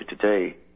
today